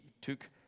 took